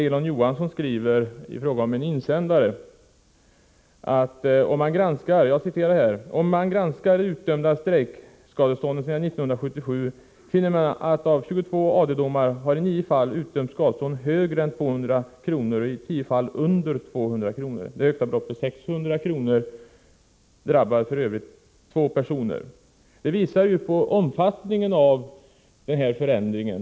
Elon Johanson skriver med anledning av en insändare följande: ”Om man granskar de utdömda strejkskadestånden sedan 1977 finner man 25 att av 22 AD-domar har i nio fall utdömts skadestånd högre än 200 kronor och i tio fall under 200 kronor. Det högsta beloppet, 600 kronor, drabbade för övrigt två personer.” Detta visar på omfattningen av förändringen.